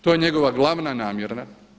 To je njegova glavna namjera.